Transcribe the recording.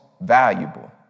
valuable